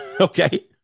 okay